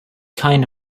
kind